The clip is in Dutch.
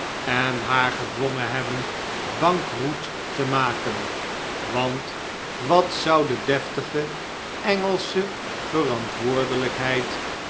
en haar gedwongen hebben bankroet te maken want wat zou de deftige engelsche verantwoordelpheid